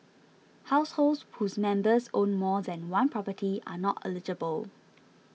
households whose members own more than one property are not eligible